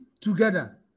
together